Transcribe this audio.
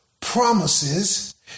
promises